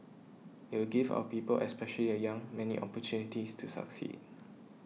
it will give our people especially the young many opportunities to succeed